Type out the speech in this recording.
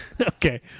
okay